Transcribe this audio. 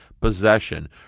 possession